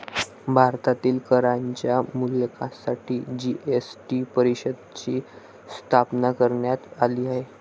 भारतातील करांच्या मूल्यांकनासाठी जी.एस.टी परिषदेची स्थापना करण्यात आली आहे